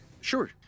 Sure